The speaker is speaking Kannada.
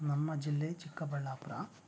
ನಮ್ಮ ಜಿಲ್ಲೆ ಚಿಕ್ಕಬಳ್ಳಾಪುರ